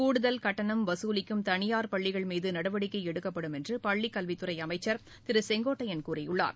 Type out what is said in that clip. கூடுதல் கட்டணம் வசூலிக்கும் தனியார் பள்ளிகள் மீது நடவடிக்கை எடுக்கப்படும் என்று பள்ளி கல்வித்துறை அமைச்சர் திரு செங்கோட்டையன் கூறியுள்ளார்